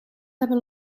hebben